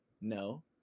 no